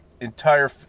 entire